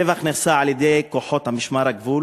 הטבח נעשה על-ידי כוחות משמר הגבול,